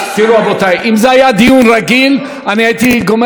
אם זה היה דיון רגיל הייתי גומר את זה מהר,